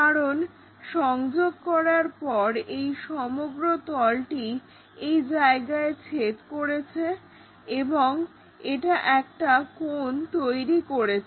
কারণ সংযোগ করার পর এই সমগ্র তলটি এই জায়গায় ছেদ করছে এবং এটা একটা কোণ তৈরি করছে